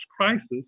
crisis